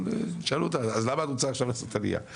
אבל תשאלו אז למה את רוצה עכשיו לעשות עליה?